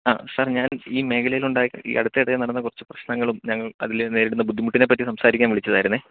ആ സാർ ഞാൻ ഈ മേഖലയിൽ ഉണ്ടായ ഈ അടുത്ത ഇടയിൽ നടന്ന കുറച്ച് പ്രശ്നങ്ങളും ഞങ്ങൾ അതിൽ നേരിടും ബുദ്ധിമുട്ടിനേപ്പറ്റി സംസാരിക്കാൻ വിളിച്ചതായിരുന്നു